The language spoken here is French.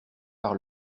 par